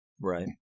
Right